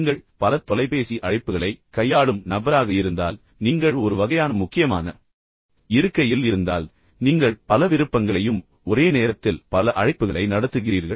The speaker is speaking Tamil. நீங்கள் பல தொலைபேசி அழைப்புகளை கையாளும் நபராக இருந்தால் நீங்கள் ஒரு வகையான முக்கியமான இருக்கையில் இருந்தால் நீங்கள் பல விருப்பங்களைக் கையாளுகிறீர்கள் குறிப்பாக ஒரே நேரத்தில் பல அழைப்புகளை நடத்துகிறீர்கள்